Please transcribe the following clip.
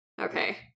Okay